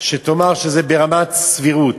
שתאמר שזה ברמת סבירות.